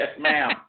ma'am